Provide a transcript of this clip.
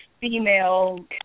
female